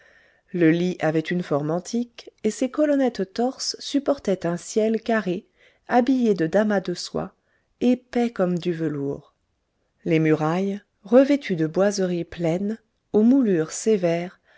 le lit avait une forme antique et ses colonnettes torses supportaient un ciel carré habillé de damas de soie épais comme du velours les murailles revêtues de boiseries pleines aux moulures sévères